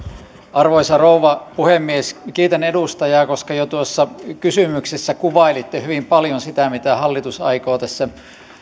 arvoisa rouva puhemies kiitän edustajaa koska jo tuossa kysymyksessä kuvailitte hyvin paljon sitä mitä hallitus aikoo tässä